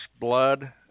blood